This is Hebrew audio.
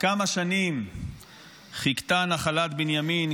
וכמה שנים חיכתה נחלת בנימין,